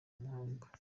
mahanga